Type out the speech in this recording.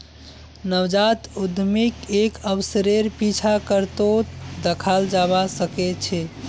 नवजात उद्यमीक एक अवसरेर पीछा करतोत दखाल जबा सके छै